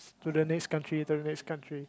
to the next country to the next country